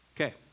Okay